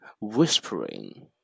whispering